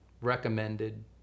recommended